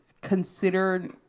considered